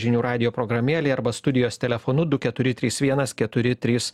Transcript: žinių radijo programėlėj arba studijos telefonu du keturi trys vienas keturi trys